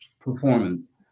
performance